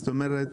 זאת אומרת,